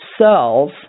cells